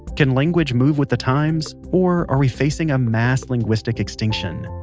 can language move with the times, or are we facing a mass linguistic extinction?